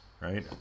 right